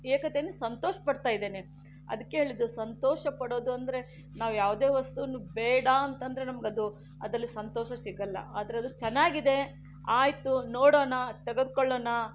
ಏಕತೆಯನ್ನು ಸಂತೋಷಪಡ್ತಾ ಇದ್ದೇನೆ ಅದಕ್ಕೆ ಹೇಳಿದ್ದು ಸಂತೋಷಪಡೋದು ಅಂದರೆ ನಾವು ಯಾವುದೇ ವಸ್ತುವನ್ನು ಬೇಡ ಅಂತಂದರೆ ನಮಗೆ ಅದು ಅದರಲ್ಲಿ ಸಂತೋಷ ಸಿಗಲ್ಲ ಆದರದು ಚೆನ್ನಾಗಿದೆ ಆಯಿತು ನೋಡೋಣ ತೆಗೆದುಕೊಳ್ಳೋಣ